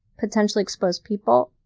potentially exposed people,